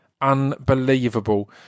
unbelievable